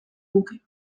nuke